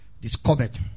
discovered